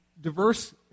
Diverse